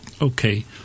okay